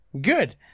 Good